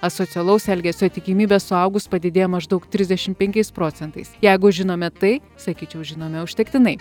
asocialaus elgesio tikimybė suaugus padidėja maždaug trisdešim penkiais procentais jeigu žinome tai sakyčiau žinome užtektinai